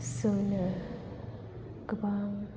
जोंनो गोबां